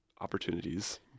opportunities